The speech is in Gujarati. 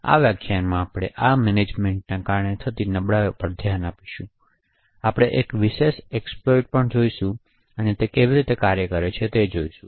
આ વ્યાખ્યાનમાં આપણે આ મેનેજમેન્ટને કારણે થતી નબળાઈઓ પર ધ્યાન આપીશું અને આપણે એક વિશેષ એક્સપ્લોઈટ પણ જોશું અને તે કેવી રીતે કાર્ય કરે છે તે જોશું